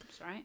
right